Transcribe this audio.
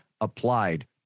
applied